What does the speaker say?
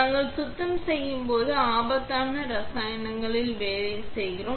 நாங்கள் சுத்தம் செய்யும் போது ஆபத்தான இரசாயனங்கள் வேலை செய்கிறோம்